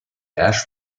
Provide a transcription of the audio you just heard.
ash